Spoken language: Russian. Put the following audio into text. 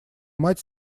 мать